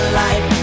life